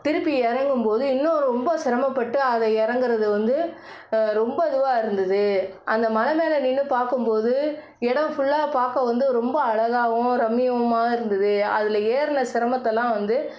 திருப்பி இறங்கும்போது இன்னும் ரொம்ப சிரமப்பட்டு அதை இறங்குறது வந்து ரொம்ப இதுவாக இருந்தது அந்த மலை மேலே நின்று பார்க்கும்போது இடம் ஃபுல்லாக பார்க்க வந்து ரொம்ப அழகாவும் ரம்மியமாகவும் இருந்தது அதில் ஏறுனால் சிரமத்தலாம் வந்து